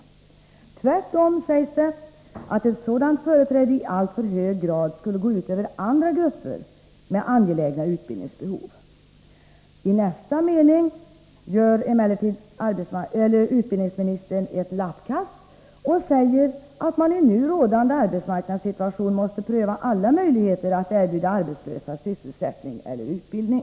Tvärtom sägs det att ett sådant företräde i alltför hög grad skulle gå ut över andra grupper med angelägna utbildningsbehov. I nästa mening gör utbildningsministern emellertid ett lappkast och säger att man i den nu rådande arbetsmarknadssituationen måste pröva alla möjligheter att erbjuda arbetslösa sysselsättning eller utbildning.